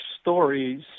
stories